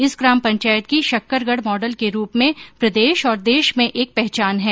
इस ग्राम पंचायत की शक्करगढ मॉडल के रूप में प्रदेश और देश में एक पहचान है